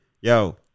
yo